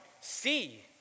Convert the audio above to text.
see